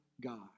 God